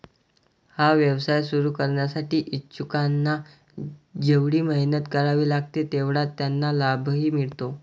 हा व्यवसाय सुरू करण्यासाठी इच्छुकांना जेवढी मेहनत करावी लागते तेवढाच त्यांना लाभही मिळतो